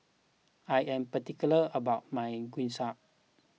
I am particular about my Gyoza